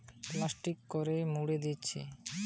bell গুলা ধরে ধরে প্লাস্টিকে করে মুড়ে দিচ্ছে